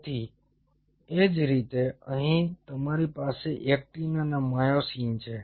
તેથી એ જ રીતે અહીં તમારી પાસે એક્ટિન અને માયોસિન છે